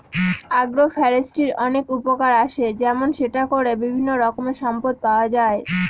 আগ্র ফরেষ্ট্রীর অনেক উপকার আসে যেমন সেটা করে বিভিন্ন রকমের সম্পদ পাওয়া যায়